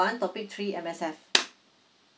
one topic three M_S_F